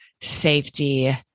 safety